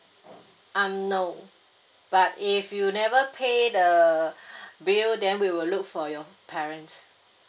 um no but if you never pay the bill then we will look for your parents